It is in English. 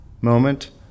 moment